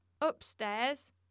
upstairs